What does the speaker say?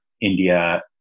India